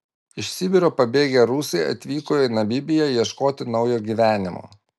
iš sibiro pabėgę rusai atvyko į namibiją ieškoti naujo gyvenimo